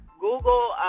google